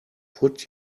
put